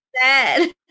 sad